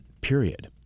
period